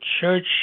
church